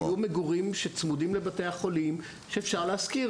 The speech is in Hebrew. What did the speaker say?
אבל שיהיו מגורים צמודים לבתי החולים שאפשר להשכיר,